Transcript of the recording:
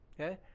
Okay